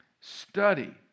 study